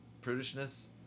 Prudishness